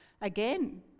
Again